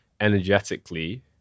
energetically